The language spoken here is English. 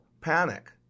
panic